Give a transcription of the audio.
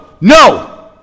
no